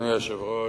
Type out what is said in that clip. אדוני היושב-ראש,